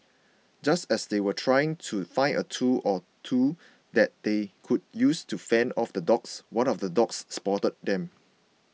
just as they were trying to find a tool or two that they could use to fend off the dogs one of the dogs spotted them